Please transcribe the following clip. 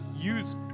use